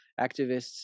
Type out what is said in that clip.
activists